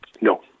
No